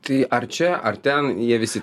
tai ar čia ar ten jie visi